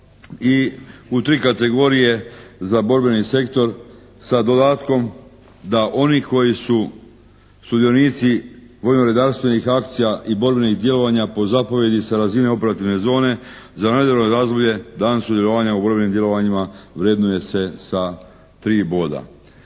I u 3 kategorije za borbeni sektor sa dodatkom da oni koji su sudionici vojno-redarstvenih akcija i borbenih djelovanja po zapovjedi sa razine operativne zone, za … /Govornik se ne razumije./ razdoblje, dan sudjelovanja u borbenim djelovanjima vrednuje se sa 3 boda.